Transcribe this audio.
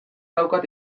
daukat